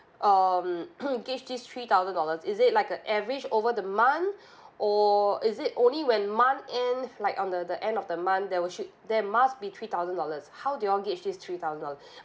um give this three thousand dollars is it like an average over the month or is it only when month end like on the the end of the month there were should there must be three thousand dollars how do you all give this three thousand dollars